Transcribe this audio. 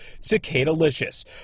Cicada-licious